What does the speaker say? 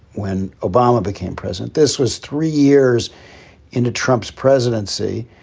when obama became president, this was three years into trump's presidency.